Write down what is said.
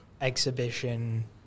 Exhibition